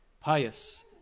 pious